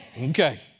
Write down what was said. Okay